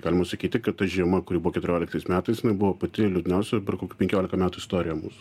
galima sakyti kad ta žiema kuri buvo keturioliktais metais jinai buvo pati liūdniausia per kokių penkiolika metų istoriją mūsų